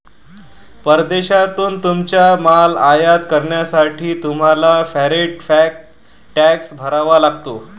परदेशातून तुमचा माल आयात करण्यासाठी तुम्हाला टॅरिफ टॅक्स भरावा लागतो